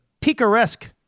picaresque